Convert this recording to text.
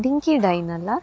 ಡಿಂಕಿ ಡೈನ್ ಅಲ್ಲಾ